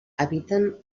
habiten